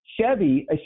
Chevy